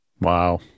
Wow